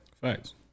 Thanks